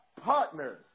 partners